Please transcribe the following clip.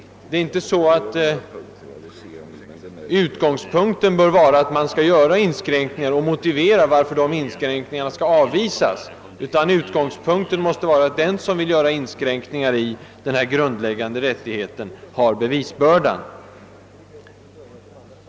Utgångspunkten bör alltså inte vara, att man skall få göra inskränkningar och att motiv skall behöva anföras för att de inskränkningarna skall avvisas, utan utgångspunkten måste vara, att den som vill göra inskränkningar i denna grundläggande rättighet har bevisbördan.